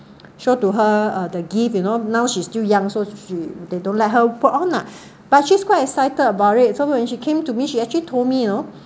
show to her uh the gift you know now she's still young so she they don't let her put on lah but she's quite excited about it so when she came to me she actually told me you know